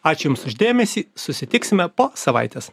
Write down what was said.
ačiū jums už dėmesį susitiksime po savaitės